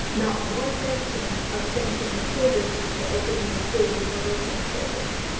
not one mention of thanking the school district for opening the schools for hurricane shelters.